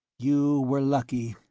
you were lucky,